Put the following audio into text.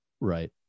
Right